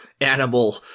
animal